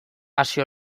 hasi